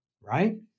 right